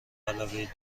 علاوه